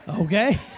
Okay